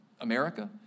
America